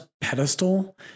pedestal